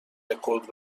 رکورد